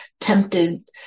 tempted